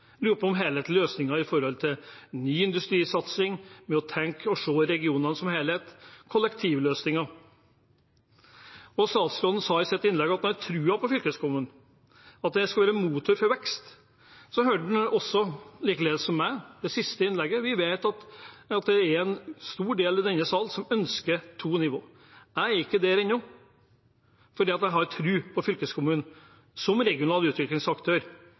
helhetlige løsninger for ny industrisatsing, for å tenke og se regionen som helhet, kollektivløsninger? Statsråden sa i sitt innlegg at han hadde troen på fylkeskommunen, at det skal være en motor for vekst. Han hørte, som meg, det siste innlegget. Vi vet at det er en stor del i denne sal som ønsker to nivåer. Jeg er ikke der ennå, for jeg har tro på fylkeskommunen som regional utviklingsaktør,